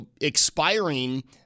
expiring